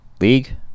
League